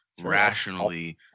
rationally